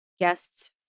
guests